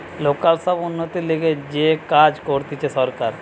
local সব উন্নতির লিগে যে কাজ করতিছে সরকার